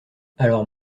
alors